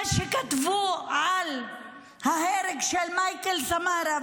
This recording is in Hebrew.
מה שכתבו על ההרג של מיכאיל סמארה,